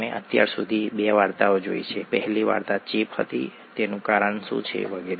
અમે અત્યાર સુધી બે વાર્તાઓ જોઈ છે પહેલી વાર્તા ચેપ વિશે હતી તેનું કારણ શું છે વગેરે